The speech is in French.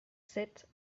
sept